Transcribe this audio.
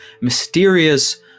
mysterious